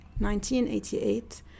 1988